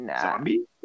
Zombie